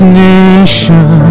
nation